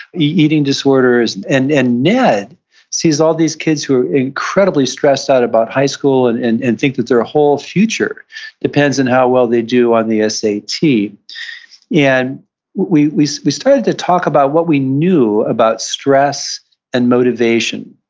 eating disorders, and and ned sees all these kids who are incredibly stressed out about high school and and and think that their whole future depends on how well they do on the ah so sat and we we we started to talk about what we knew about stress and motivation,